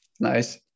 Nice